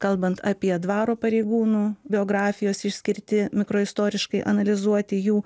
kalbant apie dvaro pareigūnų biografijos išskirti mikroistoriškai analizuoti jų